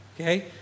Okay